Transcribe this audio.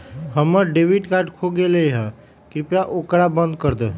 हम्मर debit card खो गयले है, कृपया ओकरा बंद कर दे